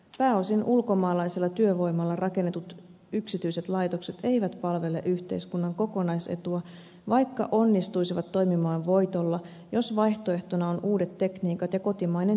pääosin ulkomaalaisella työvoimalla rakennetut yksityiset laitokset eivät palvele yhteiskunnan kokonaisetua vaikka ne onnistuisivat toimimaan voitolla jos vaihtoehtona ovat uudet tekniikat ja kotimainen työllistäminen